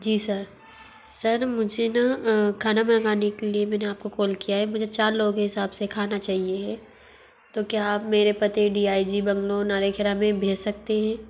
जी sir sir मुझे ना खाना मंगाने के लिए मैंने आपको कॉल किया है मुझे चार लोगों के हिसाब से खाना चाहिए तो क्या आप मेरे पते डी आई जी बंग्लो नरेखेरा में भेज सकते हैं